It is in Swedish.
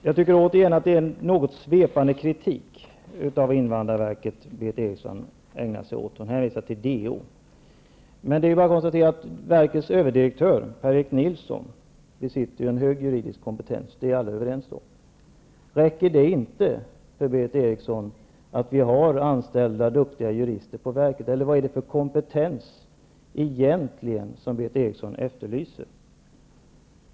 Jag säger återigen att jag tycker Berith Erikssons kritik av invandrarverket är något svepande. Hon hänvisar till DO. Men det är bara att konstatera att verkets överdirektör, Per-Erik Nilsson, besitter en hög juridisk kompetens, det är alla överens om. Räcker det inte för Berith Eriksson att duktiga jurister är anställda på verket? Vilken kompetens är det annars som Berith Eriksson egentligen efterlyser?